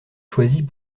choisit